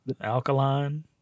Alkaline